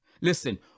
Listen